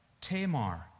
Tamar